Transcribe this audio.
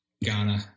Ghana